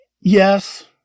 yes